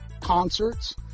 concerts